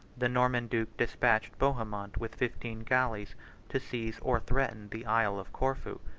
the norman duke despatched bohemond with fifteen galleys to seize or threaten the isle of corfu,